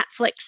Netflix